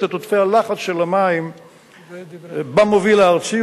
את עודפי הלחץ של המים במוביל הארצי,